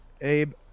Abe